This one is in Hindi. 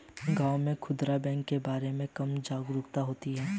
गांव में खूदरा बैंक के बारे में कम जागरूकता होती है